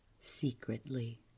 secretly